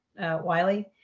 Wiley